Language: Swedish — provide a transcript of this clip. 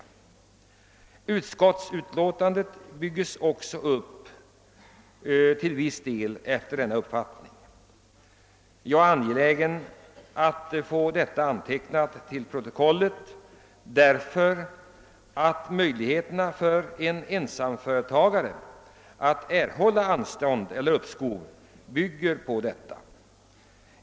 Utskottsutlåtandet byggs också till viss del upp efter denna uppfattning. Jag är angelägen om att få detta antecknat till protokollet, därför att möjligheterna för en ensamföretagare att erhålla anstånd eller uppskov bygger på detta.